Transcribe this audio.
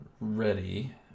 ready